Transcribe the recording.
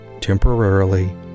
temporarily